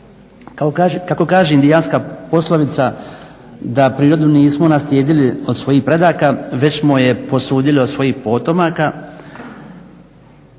Kako kaže indijanska poslovica da prirodu nismo naslijedili od svojih predaka već smo je posudili od svojih potomaka